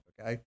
okay